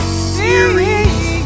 series